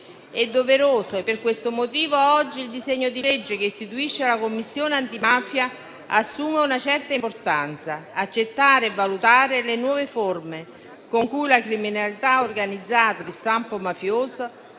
È doveroso e per questo motivo oggi il disegno di legge che istituisce la Commissione antimafia assume una certa importanza per accertare e valutare le nuove forme con cui la criminalità organizzata di stampo mafioso